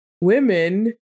women